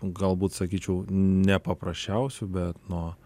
galbūt sakyčiau ne paprasčiausių bet nuo